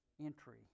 entry